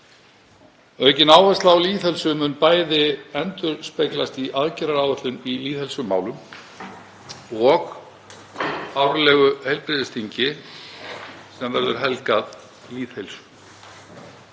Aukin áhersla á lýðheilsu mun bæði endurspeglast í aðgerðaáætlun í lýðheilsumálum og árlegu heilbrigðisþingi sem verður helgað lýðheilsu.